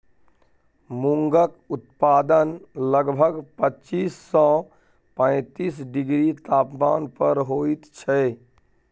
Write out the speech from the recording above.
मूंगक उत्पादन लगभग पच्चीस सँ पैतीस डिग्री तापमान पर होइत छै